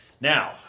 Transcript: Now